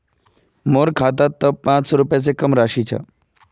मोर खातात त पांच सौ रुपए स कम राशि छ